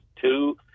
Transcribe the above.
two